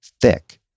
thick